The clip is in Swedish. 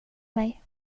mig